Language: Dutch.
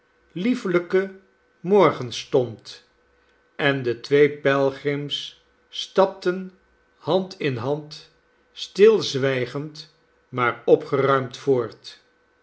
liefelijke morgenstond en de twee pelgrims stapten hand in hand stilzwijgend maar opgeruimd voort